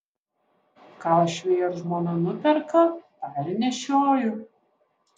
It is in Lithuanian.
ką uošviai ar žmona nuperka tą ir nešioju